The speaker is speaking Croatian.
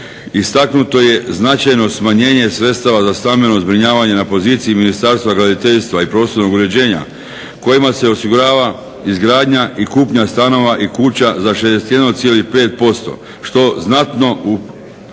Istaknuto je značajno smanjenje sredstava za stambeno zbrinjavanje na poziciji Ministarstva graditeljstva i prostornog uređenja kojima se osigurava izgradnja i kupnja stanova i kuća za 61,5% što će znatno usporiti